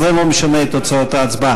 אז זה לא משנה את תוצאות ההצבעה.